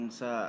sa